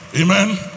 amen